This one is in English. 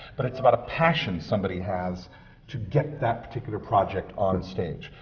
but it's about a passion somebody has to get that particular project on stage.